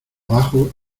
bajo